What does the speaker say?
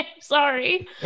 sorry